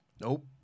Nope